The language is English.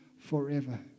forever